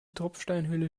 tropfsteinhöhle